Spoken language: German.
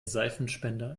seifenspender